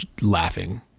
laughing